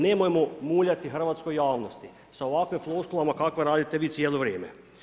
Nemojmo muljati hrvatskoj javnosti sa ovakvim floskulama kakve radite vi cijelo vrijeme.